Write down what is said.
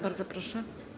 Bardzo proszę.